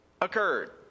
occurred